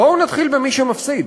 בואו נתחיל במי שמפסיד.